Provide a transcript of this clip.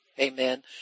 amen